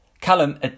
Callum